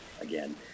again